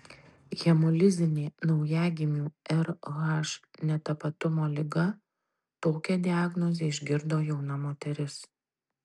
hemolizinė naujagimių rh netapatumo liga tokią diagnozę išgirdo jauna moteris